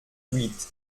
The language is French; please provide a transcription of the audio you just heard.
huit